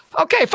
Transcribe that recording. Okay